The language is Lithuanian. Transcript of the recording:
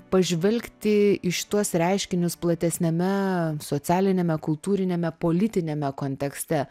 pažvelgti į šituos reiškinius platesniame socialiniame kultūriniame politiniame kontekste